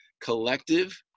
collective